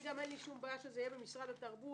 גם אין לי בעיה שזה יהיה במשרד התרבות.